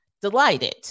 delighted